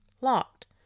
Locked